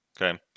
Okay